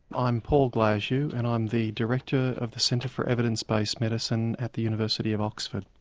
i'm paul glasziou and i'm the director of the centre for evidence based medicine at the university of oxford.